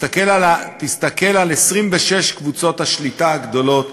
תסתכל על 26 קבוצות השליטה הגדולות,